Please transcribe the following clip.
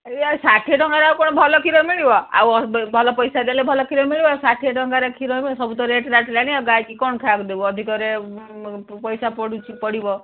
ଇଏ ଷାଠିଏ ଟଙ୍କାରେ ଆଉ କ'ଣ ଭଲ କ୍ଷୀର ମିଳିବ ଆଉ ଭଲ ପଇସା ଦେଲେ ଭଲ କ୍ଷୀର ମିଳିବ ଆ ଷାଠିଏ ଟଙ୍କାରେ କ୍ଷୀର ସବୁ ତ ରେଟ୍ ରାଟ୍ ହେଲାଣି ଆଉ ଗାଈକି କ'ଣ ଖାଇବାକୁ ଦେବ ଅଧିକରେ ପଇସା ପଡ଼ୁଛି ପଡ଼ିବ